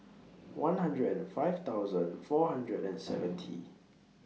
one hundred and five thousand four hundred and seventy